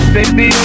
Baby